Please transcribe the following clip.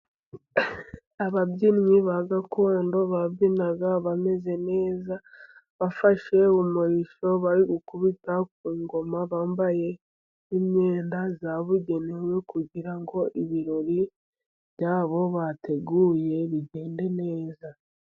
Ababyinnyi ba gakondo babyina bameze neza . Bafashe umurishyo, bari gukubita ku ngoma bambaye imyenda yabugenewe ,kugira ngo ibirori byabo bateguye bigende neza.